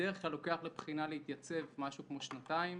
בדרך-כלל, לוקח לבחינה להתייצב משהו כמו שנתיים.